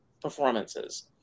performances